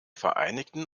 vereinigten